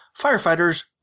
firefighters